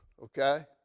okay